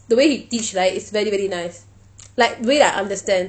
the way he teach right it's very very nice like way I understand